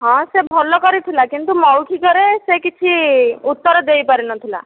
ହଁ ସେ ଭଲ କରିଥିଲା କିନ୍ତୁ ମୌଖିକରେ ସେ କିଛି ଉତ୍ତର ଦେଇ ପାରିନଥିଲା